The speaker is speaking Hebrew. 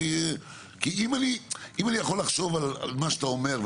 כי אם אני יכול לחשוב על מה שאתה אומר,